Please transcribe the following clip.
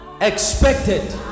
expected